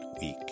week